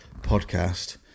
podcast